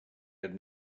had